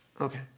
Okay